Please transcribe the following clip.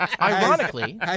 Ironically